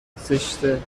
زشته